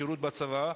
בשירות בצבא.